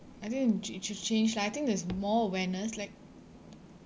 I think need to ch~ to change lah I think there's more awareness like